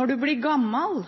når de blir